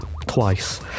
twice